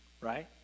right